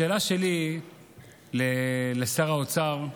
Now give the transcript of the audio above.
השאלה שלי לשר האוצר,